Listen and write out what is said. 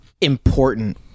important